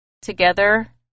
together